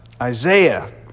Isaiah